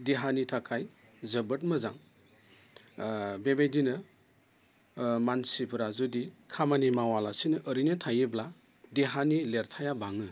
देहानि थाखाय जोबोद मोजां बेबायदिनो मानसिफोरा जुदि खामानि मावालासिनो ओरैनो थायोब्ला देहानि लिरथाया बाङो